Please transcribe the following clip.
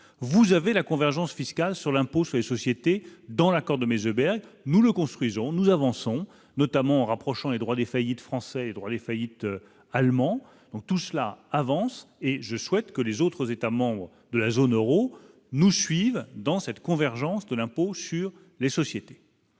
vous avez la convergence fiscale sur l'impôt sur les sociétés dans l'accord de Meseberg nous le construisons nous avançons notamment en rapprochant les droit des faillites français et droit des faillites allemand donc tout cela avance et je souhaite que les autres États-membres de la zone Euro nous suivent dans cette convergence de l'impôt sur les sociétés.